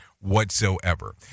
whatsoever